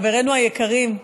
חברינו היקרים,